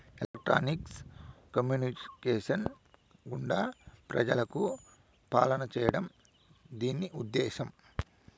electronics communications గుండా ప్రజలకు పాలన చేయడం దీని ఉద్దేశం